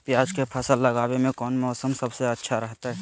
प्याज के फसल लगावे में कौन मौसम सबसे अच्छा रहतय?